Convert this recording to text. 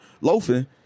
loafing